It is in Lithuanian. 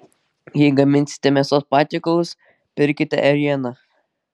jei gaminsite mėsos patiekalus pirkite ėrieną